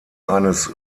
eines